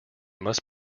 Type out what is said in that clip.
must